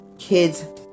kids